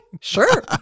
sure